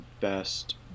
best